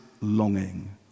longing